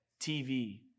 TV